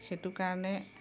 সেইটো কাৰণে